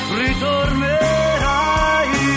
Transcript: ritornerai